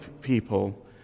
people